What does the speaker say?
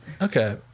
Okay